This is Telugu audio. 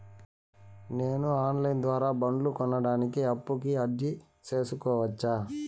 నేను ఆన్ లైను ద్వారా బండ్లు కొనడానికి అప్పుకి అర్జీ సేసుకోవచ్చా?